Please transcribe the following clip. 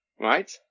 Right